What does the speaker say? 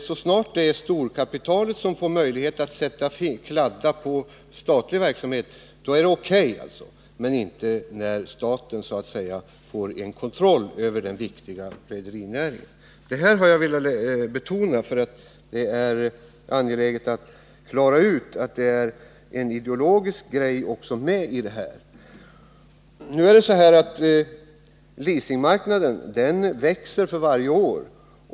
Så snart storkapitalet får möjlighet att kladda på statlig verksamhet är det O. K., men det är inte O. K. när staten får kontroll över den viktiga rederinäringen. Jag har velat betona detta, eftersom det är angeläget att klara ut att det är ideologiska synpunkter som ligger bakom agerandet. Leasingmarknaden växer för varje år.